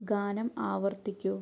ഗാനം ആവർത്തിക്കൂ